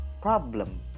problem